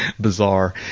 bizarre